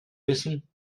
wissen